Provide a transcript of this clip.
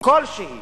כלשהי